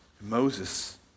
Moses